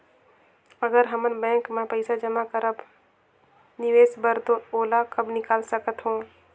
अगर हमन बैंक म पइसा जमा करब निवेश बर तो ओला कब निकाल सकत हो?